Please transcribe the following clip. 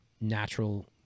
natural